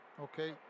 Okay